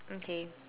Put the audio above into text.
okay